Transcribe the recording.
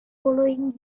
following